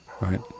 right